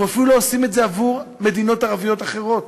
אנחנו אפילו לא עושים את זה עבור מדינות ערביות אחרות.